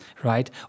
right